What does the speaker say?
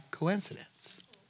coincidence